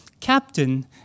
Captain